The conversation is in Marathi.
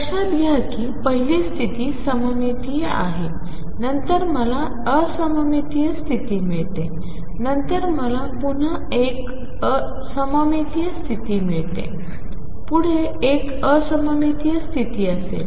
लक्षात घ्या की पहिली स्तिथी सममितीय आहे नंतर मला असममितीय स्तिथी मिळते नंतर मला पुन्हा एक सममितीय स्थिती मिळते पुढे एक असममितीय स्थिती असेल